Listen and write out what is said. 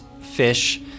fish